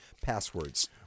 passwords